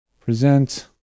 present